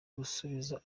gusubiza